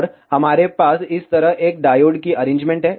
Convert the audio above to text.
और हमारे पास इस तरह एक डायोड की अरेंजमेंट है